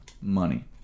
money